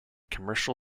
commercial